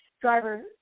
driver